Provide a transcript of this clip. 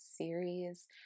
series